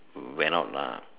went out lah